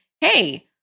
hey